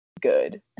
good